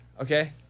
Okay